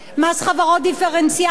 מס חברות דיפרנציאלי,